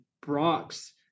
Brock's